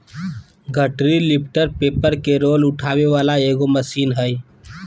गठरी lifter paper के roll उठावे वाला एगो मशीन हइ